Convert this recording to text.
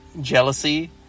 jealousy